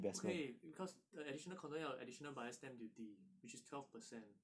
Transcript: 不可以 because the additional condo 要有 additional buyer stamp duty which is twelve percent